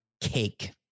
cake